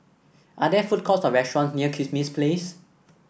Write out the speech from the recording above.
are there food courts or restaurant near Kismis Place